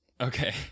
okay